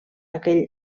aquell